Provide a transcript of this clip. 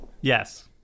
Yes